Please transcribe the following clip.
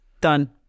Done